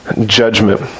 judgment